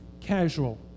casual